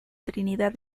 trinidad